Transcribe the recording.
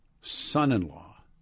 son-in-law